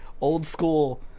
old-school